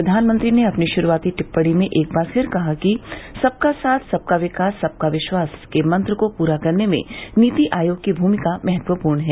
प्रधानमंत्री ने अपनी शुरूआती टिप्पणी में एक बार फिर कहा कि सबका साथ सबका विकास सबका विश्वास के मंत्र को पूरा करने में नीति आयोग की भूमिका महत्वपूर्ण है